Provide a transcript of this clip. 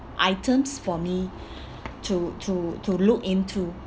items for me to to to look into